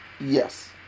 Yes